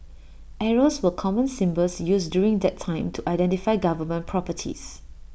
arrows were common symbols used during that time to identify government properties